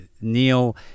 Neil